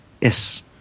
yes